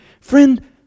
Friend